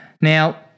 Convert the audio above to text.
Now